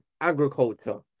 agriculture